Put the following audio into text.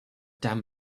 damn